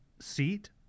seat